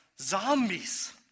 zombies